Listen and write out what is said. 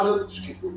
בנוסף,